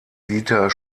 dieter